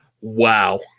Wow